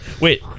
Wait